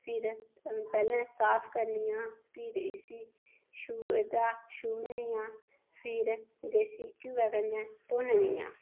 फिर पैह्लैं साफ करनी आं फिर इदा छूरनी आं फिर देस्सी घयौऐ कन्नै भुननी आं